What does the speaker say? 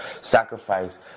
Sacrifice